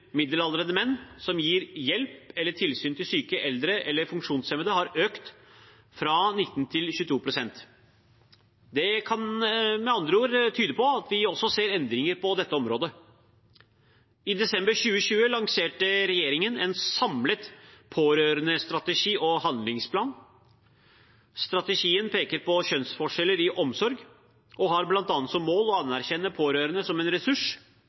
menn som gir hjelp eller tilsyn til syke, eldre eller funksjonshemmede har økt fra 19 til 22 pst. Det kan med andre ord tyde på at vi også ser endringer på dette området. I desember 2020 lanserte regjeringen en samlet pårørendestrategi og handlingsplan. Strategien peker på kjønnsforskjeller i omsorg og har bl.a. som mål å anerkjenne pårørende som en ressurs,